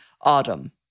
autumn